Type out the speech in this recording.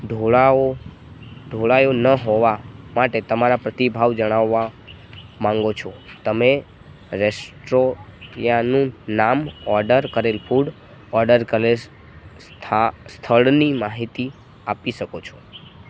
ઢોળાવો ઢોળાયું ન હોવા માટે તમારા પ્રતિભાવ જણાવવા માંગો છો તમે રેસ્ટોયાનું નામ ઓડર કરેલ ફૂડ ઓડર કરેલ સ્થા સ્થળની માહિતી આપી શકો છો